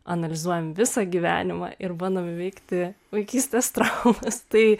analizuojam visą gyvenimą ir bando įveikti vaikystės traumas tai